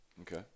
Okay